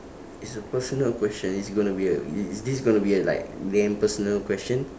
it's a personal question is it gonna be like i~ is this gonna be a like damn personal question